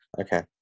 okay